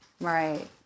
Right